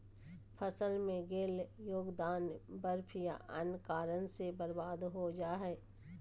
फसल में देल योगदान बर्फ या अन्य कारन से बर्बाद हो जा हइ